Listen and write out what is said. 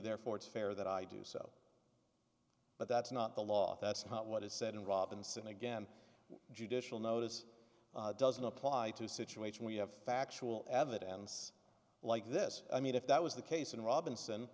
therefore it's fair that i do so but that's not the law that's not what it said and robinson again judicial notice doesn't apply to situation we have factual evidence like this i mean if that was the case in robinson